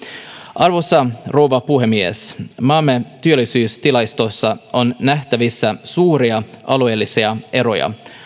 arvoisa rouva puhemies maamme työllisyystilastoissa on nähtävissä suuria alueellisia eroja